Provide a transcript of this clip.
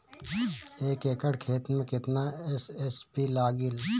एक एकड़ खेत मे कितना एस.एस.पी लागिल?